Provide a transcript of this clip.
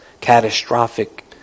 catastrophic